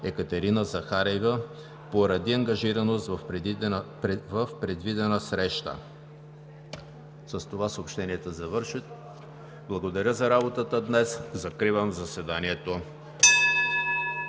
Екатерина Захариева поради ангажираност в предвидена среща. С това съобщенията завършват. Благодаря за работата днес. Закривам заседанието.